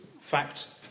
fact